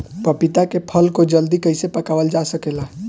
पपिता के फल को जल्दी कइसे पकावल जा सकेला?